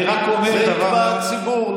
את זה יקבע הציבור,